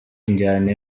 injyana